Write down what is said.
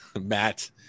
matt